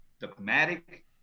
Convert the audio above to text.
dogmatic